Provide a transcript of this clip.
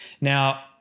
Now